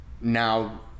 now